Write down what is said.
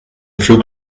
flug